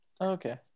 Okay